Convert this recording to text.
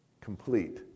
Complete